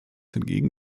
hingegen